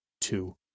two